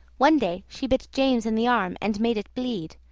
one day she bit james in the arm and made it bleed,